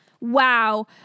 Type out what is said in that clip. Wow